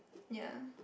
ya